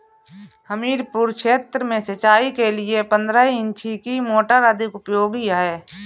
हमीरपुर क्षेत्र में सिंचाई के लिए पंद्रह इंची की मोटर अधिक उपयोगी है?